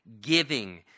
giving